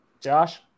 Josh